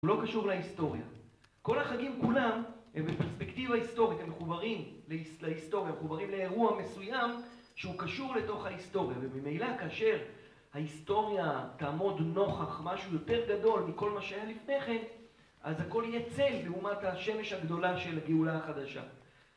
הוא לא קשור להיסטוריה. כל החגים כולם הם בפרספקטיבה היסטורית, הם מחוברים להיסטוריה, מחוברים לאירוע מסוים שהוא קשור לתוך ההיסטוריה. ובמהילה כאשר ההיסטוריה תעמוד נוכח משהו יותר גדול מכל מה שהיה לפני כן, אז הכל ייצא בהומת השמש הגדולה של הגאולה החדשה.